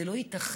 זה לא ייתכן.